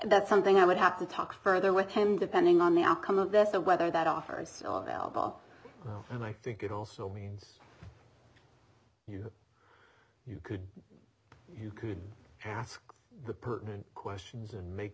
that's something i would have to talk further with him depending on the outcome of this or whether that offers well bob and i think it also means you know you could you could ask the pertinent questions and make